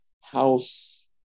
house